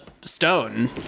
stone